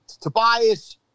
Tobias